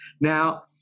Now